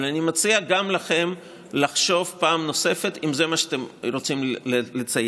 אבל אני מציע גם לכם לחשוב פעם נוספת אם זה מה שאתם רוצים לייצר.